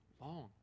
long